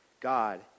God